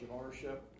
ownership